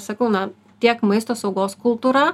sakau na tiek maisto saugos kultūra